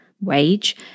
wage